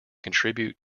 contribute